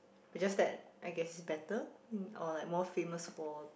is just that I guess it's better or like more famous for